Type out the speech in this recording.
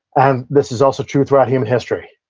and this is also true throughout human history.